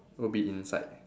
will be inside